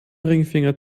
ringfinger